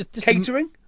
Catering